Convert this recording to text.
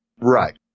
Right